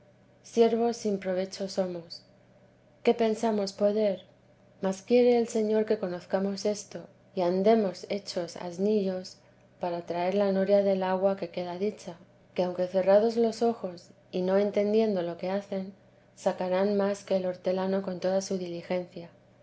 siervos sin provecho somos qué pensamos poder mas quiere el señor que conozcamos esto y andemos hechos asnillos para traer la noria del agua que queda dicha que aunque cerrados los ojos y no entendiendo lo que hacen sacarán más que el hortelano con toda su diligencia